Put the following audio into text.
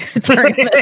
sorry